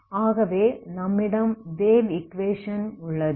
ஆகவே நம்மிடம் wave equation உள்ளது